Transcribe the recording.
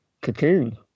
Cocoon